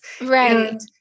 Right